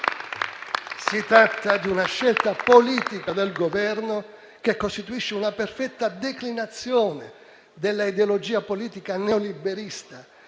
Si tratta di una scelta politica del Governo che costituisce una perfetta declinazione dell'ideologia politica neoliberista,